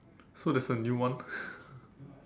so there's a new one